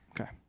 Okay